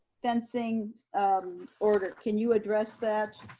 fencing order. can you address that,